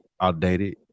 outdated